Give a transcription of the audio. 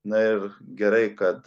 na ir gerai kad